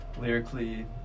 Lyrically